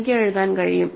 എനിക്ക് എഴുതാൻ കഴിയും